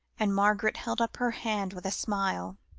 and margaret held up her hand with a smile,